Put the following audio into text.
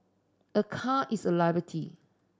a car is a liability